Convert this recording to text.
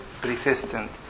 persistent